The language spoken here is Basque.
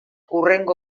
hurrengo